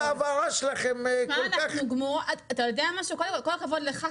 ההבהרה שלכם --- כל הכבוד לך,